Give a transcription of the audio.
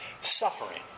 suffering